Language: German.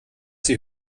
sie